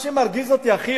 מה שמרגיז אותי הכי